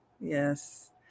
Yes